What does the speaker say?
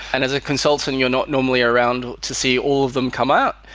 and as a consultant, you're not normally around to see all of them come up.